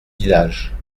village